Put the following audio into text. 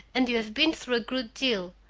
and you have been through a good deal.